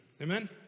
Amen